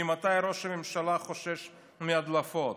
ממתי ראש הממשלה חושש מהדלפות?